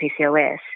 PCOS